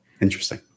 Interesting